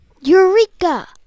Eureka